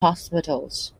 hospitals